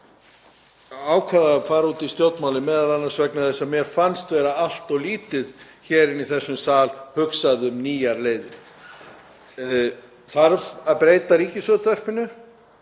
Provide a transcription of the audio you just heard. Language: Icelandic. ákvað að fara út í stjórnmálin m.a. vegna þess að mér fannst vera allt of lítið hér inni í þessum sal hugsað um nýjar leiðir. Þarf að breyta Ríkisútvarpinu?